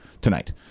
tonight